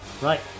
Right